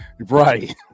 right